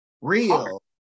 real